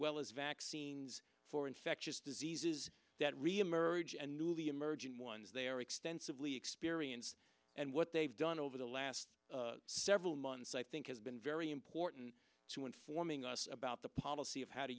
well as vaccines for infectious diseases that reemerge and newly emerging ones they are extensively experience and what they've done over the last several months i think has been very important to informing us about the policy of how to